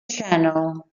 channel